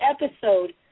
episode